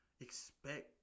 expect